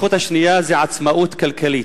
הזכות השנייה היא עצמאות כלכלית.